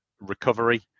recovery